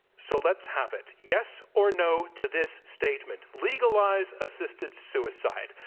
so let's have it, yes, or, no, to this statement, legalize assisted suicide,